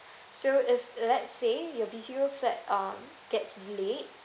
so if let's say your B_T_O flat um gets